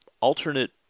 alternate